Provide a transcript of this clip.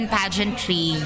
pageantry